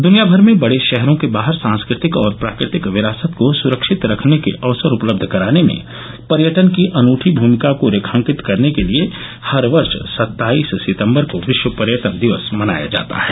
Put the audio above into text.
दुनियाभर में बडे शहरों के बाहर सांस्कृतिक और प्राकृतिक विरासत को सुरक्षित रखने के अवसर उपलब्ध कराने में पर्यटन की अनुठी भूमिका रेखांकित करने के लिए हर वर्ष सत्ताईस सितम्बर को विश्व पर्यटन दिवस मनाया जाता है